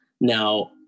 Now